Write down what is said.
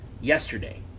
yesterday